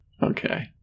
Okay